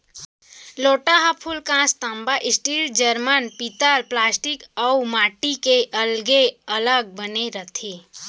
लोटा ह फूलकांस, तांबा, स्टील, जरमन, पीतल प्लास्टिक अउ माटी के अलगे अलग बने रथे